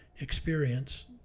experience